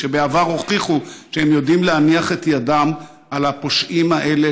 שבעבר הוכיחו שהם יודעים להניח את ידם על הפושעים האלה,